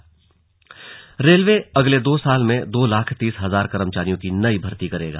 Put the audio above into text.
slug railway नई भर्ती railway अगले दो साल में दो लाख तीस हजार कर्मचारियों की नई भर्ती करेगा